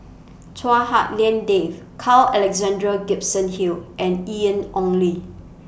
Chua Hak Lien Dave Carl Alexander Gibson Hill and Ian Ong Li